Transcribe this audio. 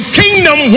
kingdom